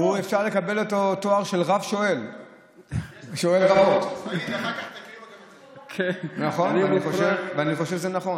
אפשר לתת לו תואר של רב שואל, ואני חושב שזה נכון.